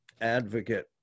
advocate